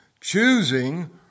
choosing